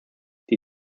die